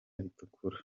ritukura